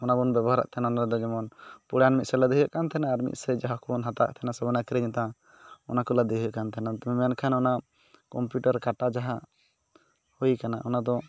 ᱚᱱᱟ ᱵᱚᱱ ᱵᱮᱵᱚᱦᱟᱨᱮᱫ ᱛᱟᱦᱮᱱᱟ ᱚᱱᱟ ᱫᱚ ᱡᱮᱢᱚᱚᱱ ᱯᱩᱲᱭᱟᱹᱱ ᱢᱤᱫᱥᱮᱫ ᱞᱟᱫᱮ ᱦᱩᱭᱩᱜ ᱠᱟᱱ ᱛᱟᱦᱮᱱᱟ ᱟᱨ ᱢᱤᱫᱥᱮᱫ ᱡᱟᱦᱟᱸ ᱠᱚᱵᱚᱱ ᱦᱟᱛᱟᱣᱮᱫ ᱥᱮᱵᱚᱱ ᱠᱤᱨᱤᱧᱮᱫᱟ ᱚᱱᱟ ᱠᱚ ᱞᱟᱫᱮ ᱦᱩᱭᱩᱜ ᱠᱟᱱ ᱛᱟᱦᱮᱱᱟ ᱢᱮᱱᱠᱷᱟᱱ ᱚᱱᱟ ᱠᱚᱢᱯᱤᱭᱩᱴᱟᱨ ᱠᱟᱴᱟ ᱚᱱᱟ ᱡᱟᱦᱟᱸ ᱦᱩᱭ ᱟᱠᱟᱱᱟ ᱚᱱᱟ ᱫᱚ